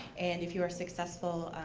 and if you're successful,